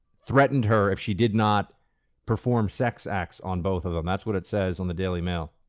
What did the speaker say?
threatened her if she did not perform sex acts on both of them. that's what it says on the daily mail.